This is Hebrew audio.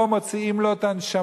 פה מוציאים לו את הנשמה.